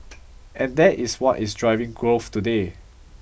and that is what is driving growth today